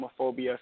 homophobia